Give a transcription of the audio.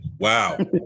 Wow